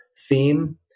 theme